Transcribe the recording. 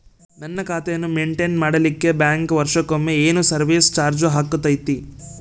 ನನ್ನ ಖಾತೆಯನ್ನು ಮೆಂಟೇನ್ ಮಾಡಿಲಿಕ್ಕೆ ಬ್ಯಾಂಕ್ ವರ್ಷಕೊಮ್ಮೆ ಏನು ಸರ್ವೇಸ್ ಚಾರ್ಜು ಹಾಕತೈತಿ?